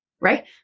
right